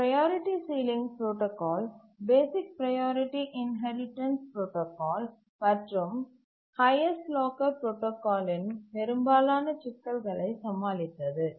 priority ceiling protocol basic priority inheritance protocol மற்றும் highest locker புரோடாகாலின் பெரும்பாலான சிக்கல்களை சமாளித்தது